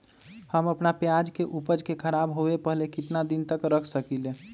हम अपना प्याज के ऊपज के खराब होबे पहले कितना दिन तक रख सकीं ले?